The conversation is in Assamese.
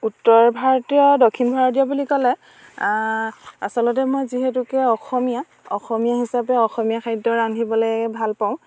উত্তৰ ভাৰতীয় দক্ষিণ ভাৰতীয় বুলি ক'লে আচলতে মই যিহেতুকে অসমীয়া অসমীয়া হিচাপে অসমীয়া খাদ্য় ৰান্ধিবলৈ ভাল পাওঁ